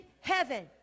heaven